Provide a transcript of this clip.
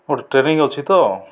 ଗୋଟିଏ ଟ୍ରେନିଙ୍ଗ ଅଛି ତ